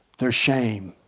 their shame,